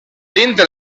dintre